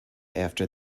after